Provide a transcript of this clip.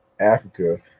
Africa